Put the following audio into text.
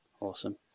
awesome